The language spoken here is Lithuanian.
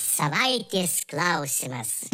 savaitės klausimas